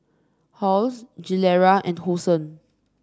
Halls Gilera and Hosen